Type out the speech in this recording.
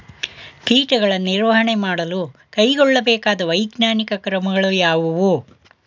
ಕೀಟಗಳ ನಿರ್ವಹಣೆ ಮಾಡಲು ಕೈಗೊಳ್ಳಬೇಕಾದ ವೈಜ್ಞಾನಿಕ ಕ್ರಮಗಳು ಯಾವುವು?